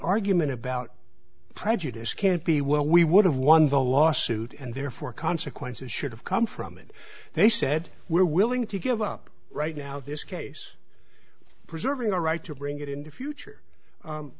argument about prejudice can't be well we would have won the lawsuit and therefore consequences should have come from and they said we're willing to give up right now this case preserving a right to bring it in the future